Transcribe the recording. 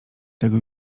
tego